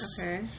Okay